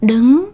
Đứng